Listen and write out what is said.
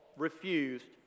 refused